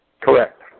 Correct